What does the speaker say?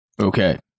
Okay